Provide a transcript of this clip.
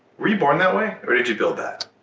were you born that way, or did you build that?